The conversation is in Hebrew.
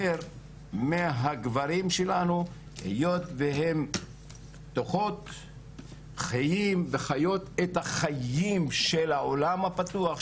מהגברים שלנו היות והן חיות את החיים של העולם הפתוח,